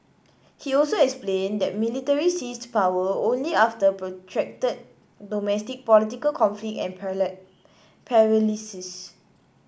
he also explained that military seized power only after protracted domestic political conflict and paralysis